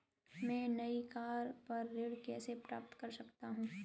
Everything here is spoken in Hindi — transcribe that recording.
मैं नई कार पर ऋण कैसे प्राप्त कर सकता हूँ?